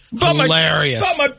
Hilarious